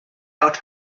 out